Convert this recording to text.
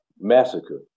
Massacre